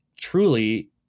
truly